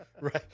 Right